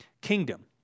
kingdom